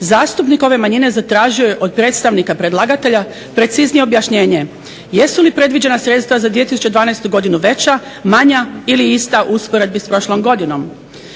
zastupnik ove manjine zatražio je od predstavnika predlagatelja preciznije objašnjenje jesu li predviđena sredstva za 2012. godinu veća, manja ili ista u usporedbi sa prošlom godinom.